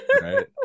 right